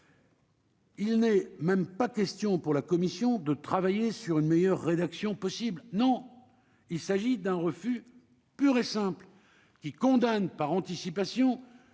Il n'est même pas question pour la commission de travailler sur une meilleure rédaction possible, non, il s'agit d'un refus pur et simple qui condamne par anticipation